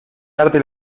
darte